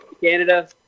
Canada